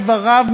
לדבריו,